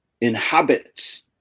inhabits